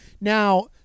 Now